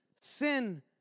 Sin